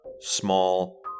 small